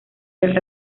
del